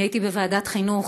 אני הייתי בוועדת חינוך.